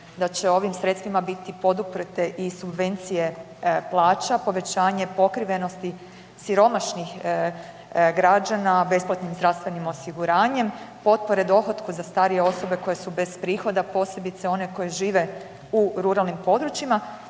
da će ovim sredstvima biti poduprte i subvencije plaća, povećanje pokrivenosti siromašnih građana besplatnim zdravstvenim osiguranjem potpore dohotku za starije osobe koje su bez prihoda, posebice one koje žive u ruralnim područjima,